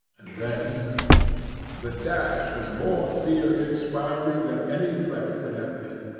and then the dash was more fear-inspiring than any threat could have been.